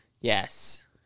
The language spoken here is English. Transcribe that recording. Yes